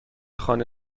خانه